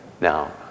now